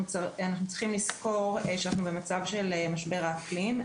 אנחנו צריכים לזכור שאנחנו במצב של משבר האקלים.